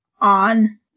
on